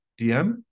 DM